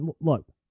look